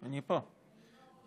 אני פה.